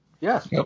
Yes